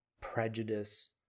prejudice